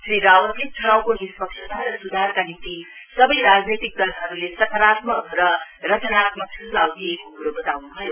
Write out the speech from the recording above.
श्री रावतले चुनावको निष्पक्षता र सुधारका निम्ति सबै राजनैतिक दलहरुले सकारात्मक र रचनात्मक स्झाव दिएको कुरो बताउन् भयो